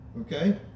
okay